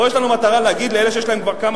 פה יש לנו מטרה להגיד לאלה שיש להם כבר כמה